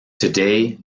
today